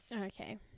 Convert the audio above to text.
okay